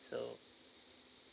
so